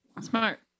Smart